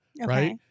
right